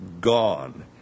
gone